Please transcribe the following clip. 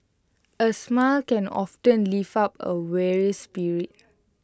A smile can often lift up A weary spirit